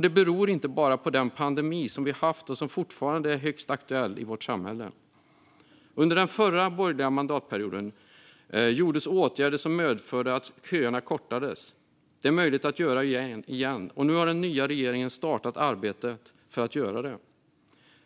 Det beror inte bara på den pandemi som vi haft och som fortfarande är högst aktuell i vårt samhälle. Under den förra borgerliga mandatperioden gjordes åtgärder som medförde att köerna kortades. Det är möjligt att göra igen, och nu har den nya regeringen startat arbetet för att göra det.